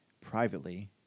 privately